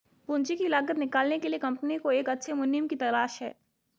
पूंजी की लागत निकालने के लिए कंपनी को एक अच्छे मुनीम की तलाश है